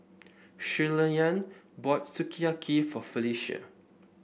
Shirleyann bought Sukiyaki for Felecia